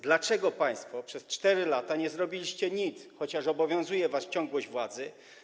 Dlaczego państwo przez 4 lata nie zrobiliście nic, chociaż obowiązuje was ciągłość władzy?